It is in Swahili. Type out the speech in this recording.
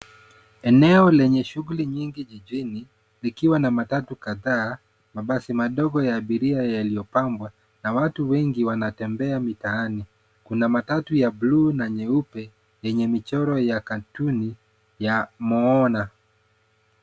Eneo lenye shuguli nyingi jijini likiwa na matatu kadhaa, mabasi madogo ya abiria yaliyopambwa na watu wengi wanatembea mitaani. Kuna matatu ya buluu na nyeupe yenye michoro ya katuni ya cs[Moana]cs.